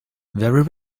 very